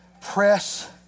press